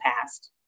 past